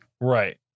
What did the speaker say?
Right